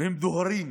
והם דוהרים